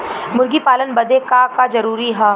मुर्गी पालन बदे का का जरूरी ह?